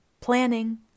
planning